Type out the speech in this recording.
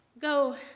go